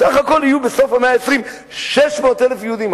סך הכול יהיו בסוף המאה ה-20 600,000 יהודים.